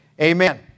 Amen